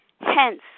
hence